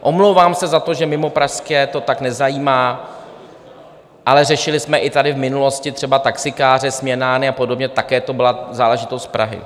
Omlouvám se za to, že mimopražské to tak nezajímá, ale řešili jsme tady v minulosti i třeba taxikáře, směnárny a podobně, také to byla záležitost Prahy.